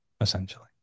essentially